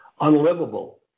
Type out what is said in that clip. unlivable